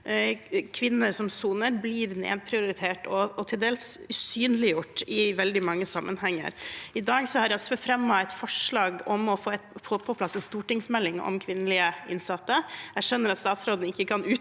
kvinner som soner, blir nedprioritert og til dels usynliggjort i veldig mange sammenhenger. I dag har SV fremmet et forslag om å få på plass en stortingsmelding om kvinnelige innsatte. Jeg skjønner at statsråden ikke nå kan utkvittere